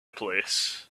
place